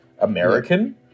American